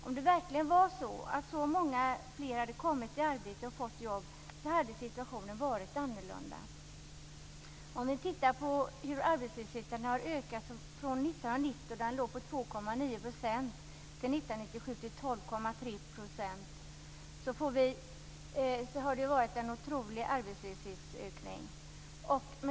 Om det verkligen var så att så många fler hade kommit i arbete och fått jobb hade situationen varit annorlunda. till 12,3 % år 1997. Det har varit en otrolig arbetslöshetsökning.